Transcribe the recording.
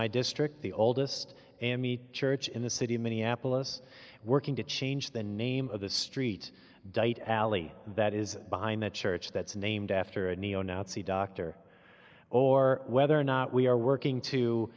my district the oldest and the church in the city of minneapolis working to change the name of the street date alley that is behind the church that's named after a neo nazi doctor or whether or not we are working